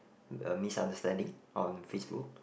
a misunderstanding on FaceBook